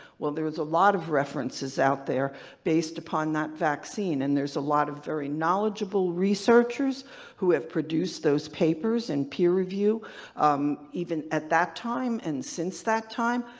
well there was a lot of references out there based upon that vaccine and there's a lot of very knowledgeable researchers who have produced those papers and peer review even at that time and since that time.